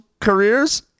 careers